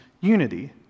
unity